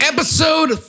Episode